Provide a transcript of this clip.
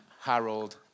Harold